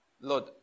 Lord